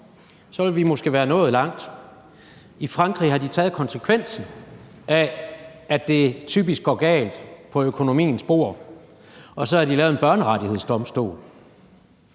måske ville være nået langt. I Frankrig har de taget konsekvensen af, at det typisk går galt på økonomiens bord, og derfor har man lavet en børnerettighedsdomstol